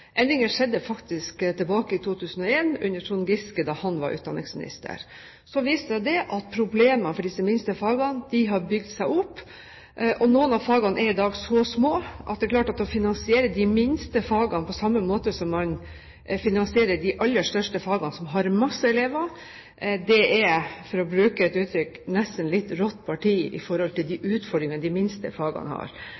skjedde faktisk tilbake i 2001, under Trond Giske da han var utdanningsminister. Så viste det seg at problemene for disse minste fagene har bygd seg opp, og noen av fagene er i dag så små at det er klart at det å finansiere de minste fagene på samme måte som man finansierer de aller største fagene som har mange elever, er – for å bruke et uttrykk – nesten litt rått parti i forhold til de